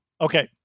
Okay